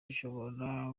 bishobora